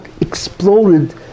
exploded